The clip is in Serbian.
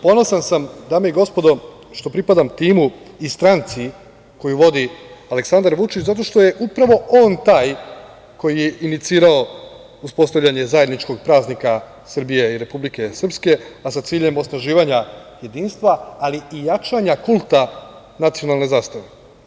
Ponosan, dame i gospodo, što pripadam timu i stranci koju vodi Aleksandar Vučić zato što je upravo on taj koji je inicirao uspostavljanje zajedničkog praznika Srbije i Republike Srpske, a sa ciljem osnaživanja jedinstava, ali i jačanja kulta nacionalne zastave.